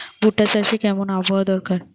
ভুট্টা চাষে কেমন আবহাওয়া দরকার?